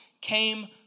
came